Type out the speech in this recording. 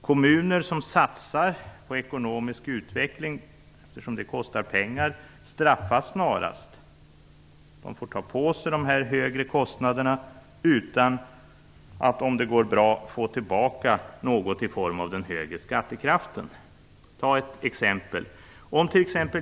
Kommuner som satsar på ekonomisk utveckling bestraffas snarast, eftersom det kostar pengar. De får ta på sig de högre kostnaderna utan att, om det går bra, få tillbaka något i form av den högre skattekraften. Jag kan ta ett exempel.